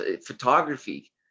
photography